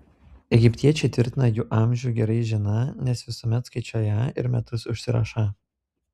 egiptiečiai tvirtina jų amžių gerai žiną nes visuomet skaičiuoją ir metus užsirašą